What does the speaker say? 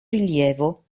rilievo